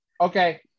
Okay